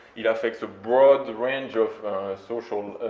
it affects a broad range of social,